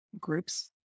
groups